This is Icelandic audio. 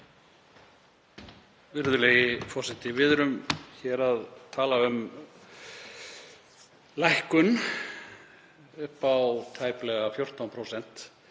Við erum hér að tala um lækkun upp á tæplega 14%